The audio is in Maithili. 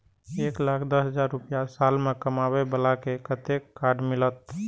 एक लाख दस हजार रुपया साल में कमाबै बाला के कतेक के कार्ड मिलत?